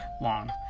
long